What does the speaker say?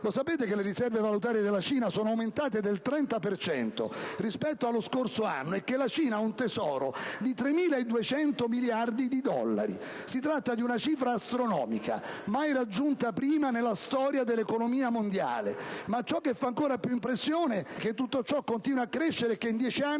Lo sapete che le riserve valutarie della Cina sono aumentate del 30 per cento rispetto allo scorso anno e che la Cina ha un tesoro di 3.200 miliardi di dollari; si tratta di una cifra astronomica, mai raggiunta prima nella storia dell'economia mondiale. Ma ciò che fa ancora più impressione è che continua a crescere e che in dieci anni